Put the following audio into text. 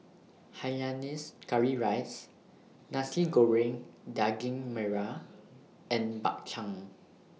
Hainanese Curry Rice Nasi Goreng Daging Merah and Bak Chang